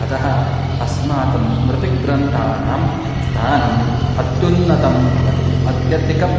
अतः अस्माकं स्मृतिग्रन्थानां स्थानम् अत्युन्नतं भवति अत्यधिकं